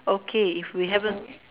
okay if we haven't